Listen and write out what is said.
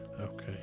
okay